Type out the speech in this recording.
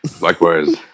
Likewise